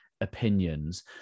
opinions